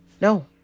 No